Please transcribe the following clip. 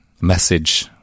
message